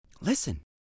Listen